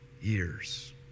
years